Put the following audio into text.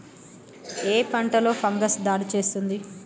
ఏ పంటలో ఫంగస్ దాడి చేస్తుంది?